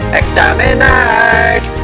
exterminate